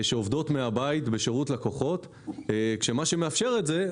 שעובדות מהבית בשירות לקוחות ומה שמאפשר את זה,